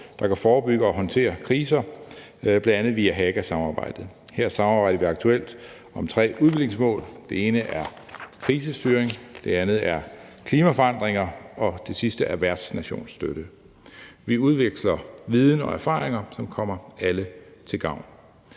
der kan forebygge og håndtere kriser, bl.a. via hackersamarbejdet. Her samarbejder vi aktuelt om tre udviklingsmål. Det ene er krisestyring, det andet er klimaforandringer, og det sidste er værtsnationsstøtte. Vi udveksler viden og erfaringer, som kommer alle til gavn.